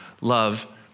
love